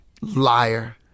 Liar